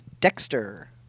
Dexter